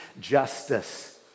justice